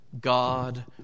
God